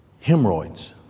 Hemorrhoids